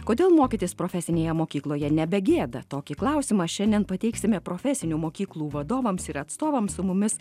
kodėl mokytis profesinėje mokykloje nebe gėda tokį klausimą šiandien pateiksime profesinių mokyklų vadovams ir atstovams su mumis